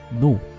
No